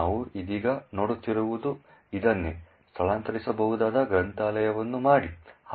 ನಾವು ಇದೀಗ ನೋಡುತ್ತಿರುವುದು ಇದನ್ನೇ ಸ್ಥಳಾಂತರಿಸಬಹುದಾದ ಗ್ರಂಥಾಲಯವನ್ನು ಮಾಡಿ